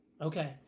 Okay